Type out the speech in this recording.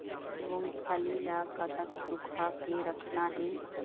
मूंगफली ला कतक सूखा के रखना हे?